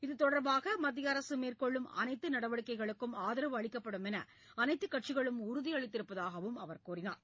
இதுதொடர்பாக மத்திய அரசு மேற்கொள்ளும் அனைத்து நடவடிக்கைகளுக்கும் ஆதரவு அளிக்கப்படும் என்று அனைத்துக் கட்சிகளும் உறுதி அளித்திருப்பதாக அவர் கூறினார்